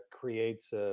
creates